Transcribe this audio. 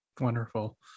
Wonderful